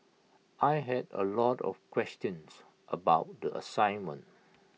I had A lot of questions about the assignment